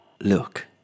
Look